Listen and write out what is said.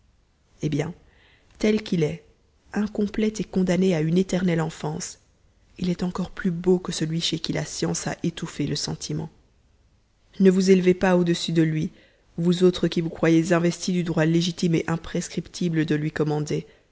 eh bien tel qu'il est incomplet et condamné à une éternelle enfance il est encore plus beau que celui chez qui la science a étouffé le sentiment ne vous élevez pas au-dessus de lui vous autres qui vous croyez investis du droit légitime et imprescriptible de lui commander